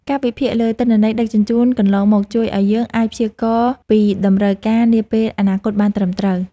ការវិភាគលើទិន្នន័យដឹកជញ្ជូនកន្លងមកជួយឱ្យយើងអាចព្យាករណ៍ពីតម្រូវការនាពេលអនាគតបានត្រឹមត្រូវ។